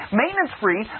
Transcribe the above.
maintenance-free